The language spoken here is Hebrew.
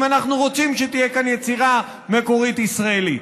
אם אנחנו רוצים שתהיה כאן יצירה מקורית ישראלית.